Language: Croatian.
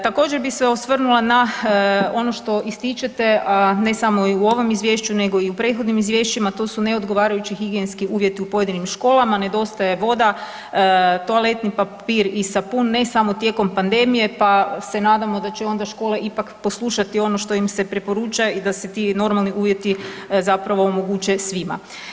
Također bi se osvrnula na ono što ističete, a ne sa u ovom izvješću nego i u prethodnim izvješćima to su neodgovarajući higijenski uvjeti u pojedinim školama, nedostaje voda, toaletni papir i sapun ne samo tijekom pandemije pa se nadamo da će onda škole ipak poslušati ono što im se preporuča i da se ti normalni uvjeti zapravo omoguće svima.